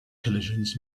collisions